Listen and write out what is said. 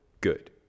good